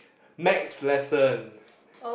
next lesson